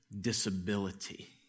disability